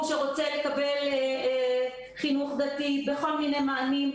שרוצה לקבל חינוך דתי בכל מיני מענים.